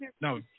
No